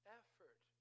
effort